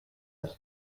agnes